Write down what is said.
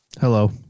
Hello